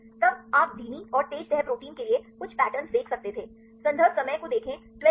तब आप धीमी और तेज़ तह प्रोटीन के लिए कुछ पैटर्न देख सकते थे